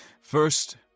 First